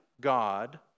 God